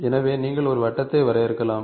எனவே நீங்கள் ஒரு வட்டத்தை வரையறுக்கலாம்